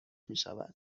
میشود